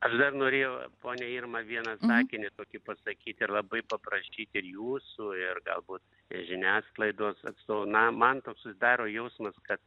aš dar norėjau ponia irma vieną sakinį tokį pasakyti ir labai paprašyti jūsų ir galbūt žiniasklaidos atstovų na man susidaro jausmas kad